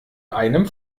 einem